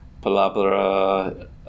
Palabra